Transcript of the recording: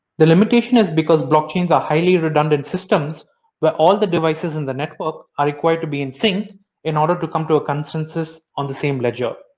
the limitation is because blockchains are highly redundant systems where but all the devices in the network are required to be in sync in order to come to a consensus on the same ledger.